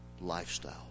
lifestyle